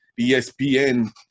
ESPN –